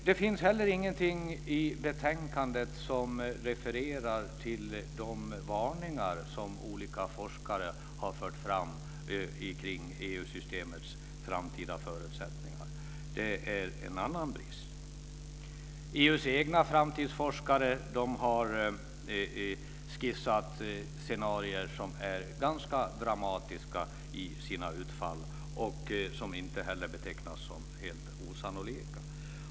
Det finns heller ingenting i betänkandet som refererar till de varningar som olika forskare har fört fram kring EU-systemets framtida förutsättningar. Det är en annan brist. EU:s egna framtidsforskare har skisserat scenarier som är ganska dramatiska i sina utfall och som inte betecknas som helt osannolika.